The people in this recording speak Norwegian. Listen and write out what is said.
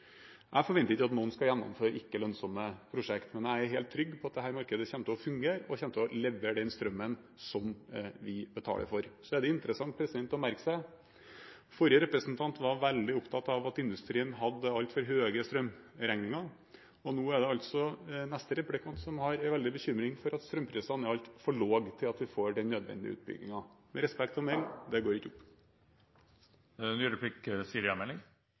Jeg forventer ikke at noen skal gjennomføre ikke-lønnsomme prosjekter, men jeg er helt trygg på at dette markedet kommer til å fungere, og kommer til å levere den strømmen som vi betaler for. Så er det interessant å merke seg at forrige replikant var veldig opptatt av at industrien hadde altfor høye strømregninger, og nå er altså neste replikant veldig bekymret for at strømprisene er altfor lave til at vi får den nødvendige utbyggingen. Med respekt å melde – det går ikke.